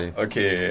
okay